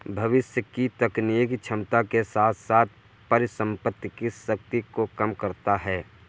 भविष्य की तकनीकी क्षमता के साथ साथ परिसंपत्ति की शक्ति को कम करता है